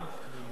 רבותי,